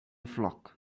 flock